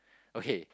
okay